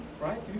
Right